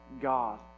God